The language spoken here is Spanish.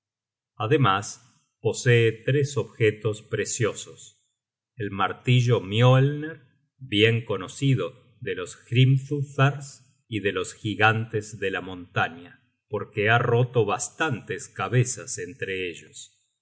ademas posee tres objetos preciosos el martillo mioelner bien conocido do los hrimthursars y de los gigantes de la montaña porque ha roto bastantes cabezas entre ellos